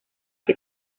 que